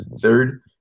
third